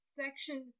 Section